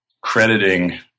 crediting